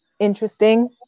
interesting